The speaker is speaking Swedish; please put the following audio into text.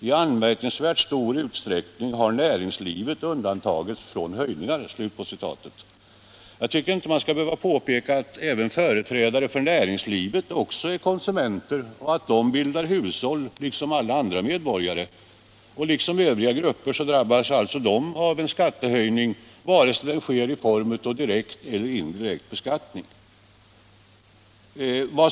I en anmärkningsvärt stor utsträckning har näringslivet undantagits från höjningar.” Jag tycker inte att man skall behöva påpeka att även företrädare för näringslivet är konsumenter och bildar hushåll som alla andra medborgare. Liksom övriga grupper drabbas alltså också de av en skattehöjning vare sig den kommer i form av direkt eller av indirekt skatt.